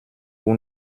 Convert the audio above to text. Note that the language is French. vous